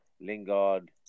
Lingard